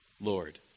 Lord